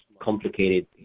complicated